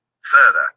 Further